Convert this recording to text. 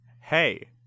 Hey